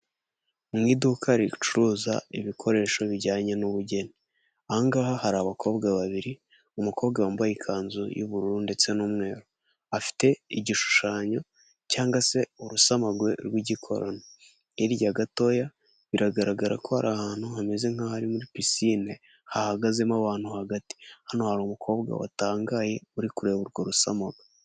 Mu iduka ricuruza ibikoresho bijyanye n'ubugeni, aha ngaga hari abakobwa babiri umukobwa wambaye ikanzu y'ubururu ndetse n'umweru afite igishushanyo cyangwa se urusamagwe rw'igikoroni hirya gatoya biragaragara ko ari ahantu hameze nk'ahari muri pisinine hahagazemo abantu hagati hano hari umukobwa watangaye uri kureba urwo rusamagwe.